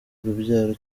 urubyaro